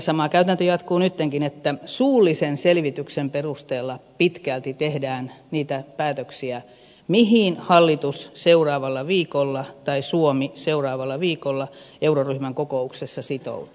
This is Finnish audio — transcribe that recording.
sama käytäntö jatkuu nyttenkin että suullisen selvityksen perusteella pitkälti tehdään niitä päätöksiä mihin hallitus seuraavalla viikolla tai suomi seuraavalla viikolla euroryhmän kokouksessa sitoutuu